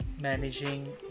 managing